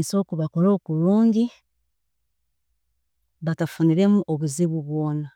nsobola kubakoraho kulungi batatungire obuzibu bwoona